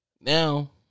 Now